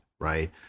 right